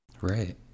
right